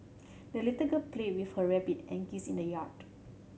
the little girl played with her rabbit and geese in the yard